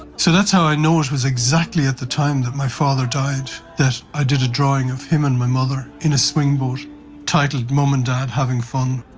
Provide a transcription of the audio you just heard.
so that's how i know it was exactly at the time that my father died that i did a drawing of him and my mother in a swing boat titled mum and dad having fun.